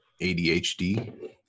ADHD